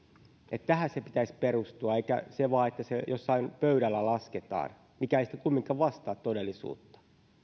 tähän sen pitäisi perustua eikä niin että se jossain pöydällä lasketaan mikä ei sitten kumminkaan vastaa todellisuutta